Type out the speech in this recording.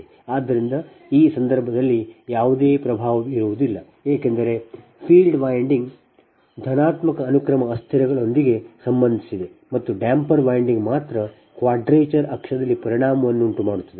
ಆದ್ದರಿಂದ ಈ ಸಂದರ್ಭದಲ್ಲಿ ಯಾವುದೇ ಪ್ರಭಾವ ಬೀರುವುದಿಲ್ಲ ಏಕೆಂದರೆ field winding ಧನಾತ್ಮಕ ಅನುಕ್ರಮ ಅಸ್ಥಿರಗಳೊಂದಿಗೆ ಸಂಬಂಧಿಸಿದೆ ಮತ್ತು ಡ್ಯಾಂಪರ್ ವೈಂಡಿಂಗ್ ಮಾತ್ರ ಕ್ವಾಡ್ರೇಚರ್ ಅಕ್ಷದಲ್ಲಿ ಪರಿಣಾಮವನ್ನು ಉಂಟುಮಾಡುತ್ತದೆ